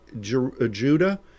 Judah